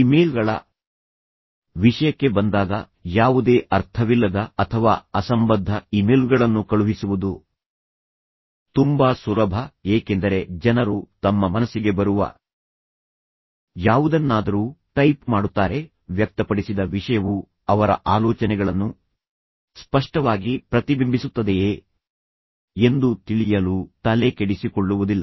ಇಮೇಲ್ಗಳ ವಿಷಯಕ್ಕೆ ಬಂದಾಗ ಯಾವುದೇ ಅರ್ಥವಿಲ್ಲದ ಅಥವಾ ಅಸಂಬದ್ಧ ಇಮೇಲ್ಗಳನ್ನು ಕಳುಹಿಸುವುದು ತುಂಬಾ ಸುಲಭ ಏಕೆಂದರೆ ಜನರು ತಮ್ಮ ಮನಸ್ಸಿಗೆ ಬರುವ ಯಾವುದನ್ನಾದರೂ ಟೈಪ್ ಮಾಡುತ್ತಾರೆ ವ್ಯಕ್ತಪಡಿಸಿದ ವಿಷಯವು ಅವರ ಆಲೋಚನೆಗಳನ್ನು ಸ್ಪಷ್ಟವಾಗಿ ಪ್ರತಿಬಿಂಬಿಸುತ್ತದೆಯೇ ಎಂದು ತಿಳಿಯಲು ತಲೆಕೆಡಿಸಿಕೊಳ್ಳುವುದಿಲ್ಲ